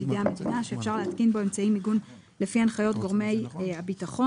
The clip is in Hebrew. בידי המדינה שאפשר להתקין בו אמצעי מיגון לפי הנחיות גורמי הביטחון: